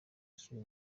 akiri